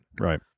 right